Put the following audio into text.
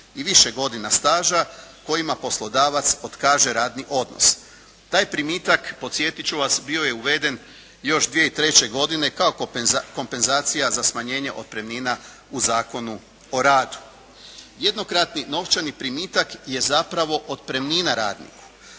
i više godina staža kojima poslodavac otkaže radni odnos. Taj primitak, podsjetit ću vas bio je uveden još 2003. godine kao komepnzacija za smanjenje otpremnina u Zakonu o radu. Jednokratni novčani primitak je zapravo otpremnina …